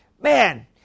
man